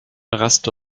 reste